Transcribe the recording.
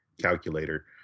calculator